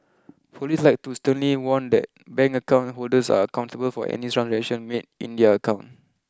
police like to sternly warn that bank account holders are accountable for any transaction made in their account